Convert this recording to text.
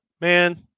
man